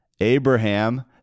Abraham